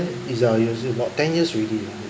it's ah it's about ten years already lah